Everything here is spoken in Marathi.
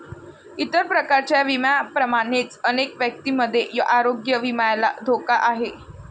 इतर प्रकारच्या विम्यांप्रमाणेच अनेक व्यक्तींमध्ये आरोग्य विम्याला धोका आहे